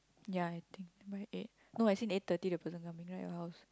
ya I think by eight no actually eight thirty the coming right your house